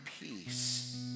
peace